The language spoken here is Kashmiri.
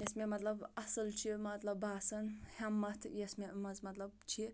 یۄس مےٚ مطلب اصٕل چھِ مطلب باسان ہیٚمَتھ یۄس مےٚ منٛز مےٚ مطلب چھِ